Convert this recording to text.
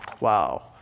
Wow